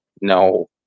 No